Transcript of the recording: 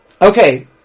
Okay